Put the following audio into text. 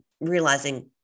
realizing